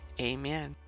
Amen